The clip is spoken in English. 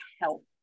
help